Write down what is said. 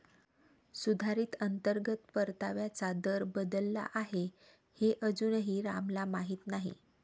सुधारित अंतर्गत परताव्याचा दर बदलला आहे हे अजूनही रामला माहीत नाही